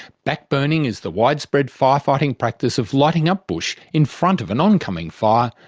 back-burning is the widespread firefighting practice of lighting up bush in front of an oncoming fire,